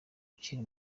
ukiri